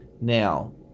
Now